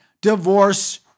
Divorce